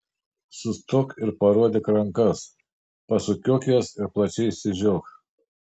sustok ir parodyk rankas pasukiok jas ir plačiai išsižiok